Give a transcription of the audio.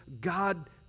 God